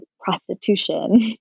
prostitution